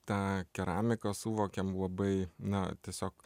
tą keramiką suvokiam labai na tiesiog